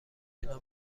اینها